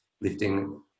lifting